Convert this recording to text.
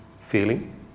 feeling